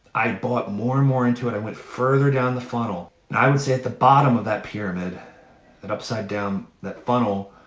i bought more and more into it i went further down the funnel now, i would say at the bottom of that pyramid that upside down that funnel